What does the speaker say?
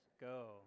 go